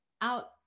out